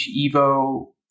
Evo